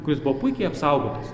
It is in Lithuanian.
kuris buvo puikiai apsaugotas